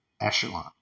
echelon